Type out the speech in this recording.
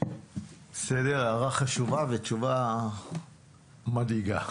הערה חשובה, ותשובה מדאיגה